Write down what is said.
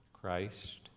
Christ